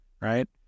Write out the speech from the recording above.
right